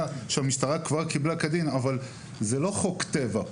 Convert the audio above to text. שהמשטרה כבר קיבלה כדין אבל זה לא חוק טבע.